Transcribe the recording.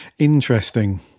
Interesting